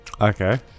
Okay